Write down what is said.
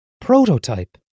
prototype